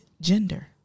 gender